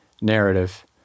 narrative